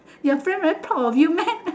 your friend very proud of you meh